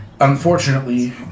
unfortunately